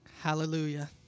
Hallelujah